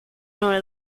noted